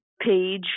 page